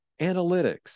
analytics